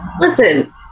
listen